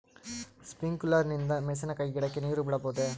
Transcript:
Sprinkler ನಿಂದ ಮೆಣಸಿನಕಾಯಿ ಗಿಡಕ್ಕೆ ನೇರು ಬಿಡಬಹುದೆ?